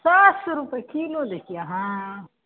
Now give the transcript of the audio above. सात सए रुपैए किलो दै छियै अहाँ